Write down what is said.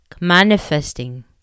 manifesting